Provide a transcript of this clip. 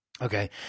Okay